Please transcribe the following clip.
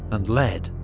and led.